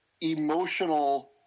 emotional